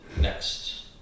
next